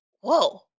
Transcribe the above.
whoa